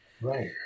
Right